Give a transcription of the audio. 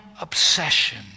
obsession